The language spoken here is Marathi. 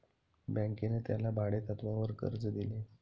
बँकेने त्याला भाडेतत्वावर कर्ज दिले